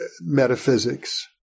metaphysics